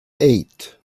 eight